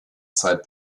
zeit